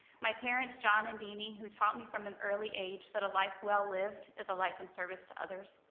my parents, john and deni, who taught me from an early age that a life well lived is a life in service to others.